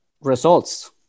Results